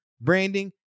branding